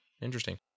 Interesting